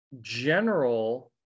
general